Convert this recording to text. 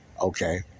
Okay